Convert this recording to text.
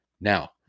Now